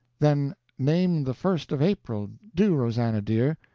then name the first of april do, rosannah, dear.